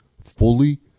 fully